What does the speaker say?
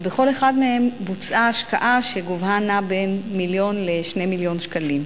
ובכל אחד מהם בוצעה השקעה שגובהה נע בין מיליון ל-2 מיליון שקלים.